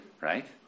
Right